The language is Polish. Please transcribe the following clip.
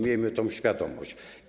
Miejmy tego świadomość.